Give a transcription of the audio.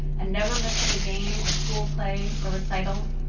and never misses a game or school play or recital.